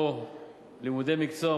או לימודי מקצוע,